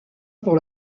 pour